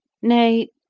nay,